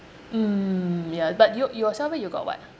mm yeah but you yourself eh you got what